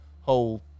whole